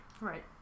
right